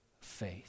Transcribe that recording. faith